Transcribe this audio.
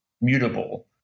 mutable